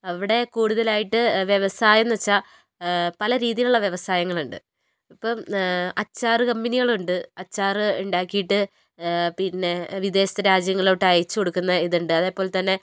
അവിടെ കൂടുതലായിട്ട് വ്യവസായം എന്ന് വെച്ചാൽ പല രീതിയിലുള്ള വ്യവസായങ്ങളുണ്ട് ഇപ്പം അച്ചാറ് കമ്പനികളുണ്ട് അച്ചാറ് ഉണ്ടാക്കിയിട്ട് പിന്നെ വിദേശരാജ്യങ്ങളിലോട്ട് അയച്ചുകൊടുക്കുന്ന ഇതുണ്ട് അതേപോലെ തന്നെ